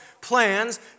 plans